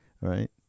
right